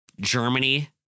Germany